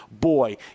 boy